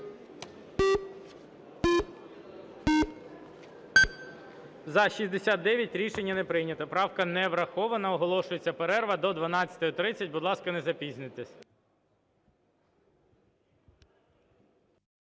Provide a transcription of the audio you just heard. За-69 Рішення не прийнято. Правка не врахована. Оголошується перерва до 12:30. Будь ласка, не запізнюйтесь.